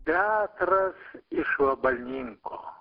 petras iš vabalninko